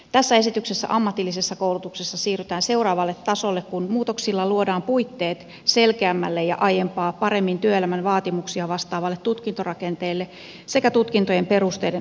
tässä esityksessä ammatillisessa koulutuksessa siirrytään seuraavalle tasolle kun muutoksilla luodaan puitteet selkeämmälle ja aiempaa paremmin työelämän vaatimuksia vastaavalle tutkintorakenteelle sekä tutkintojen perusteiden uudistamiselle